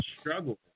struggle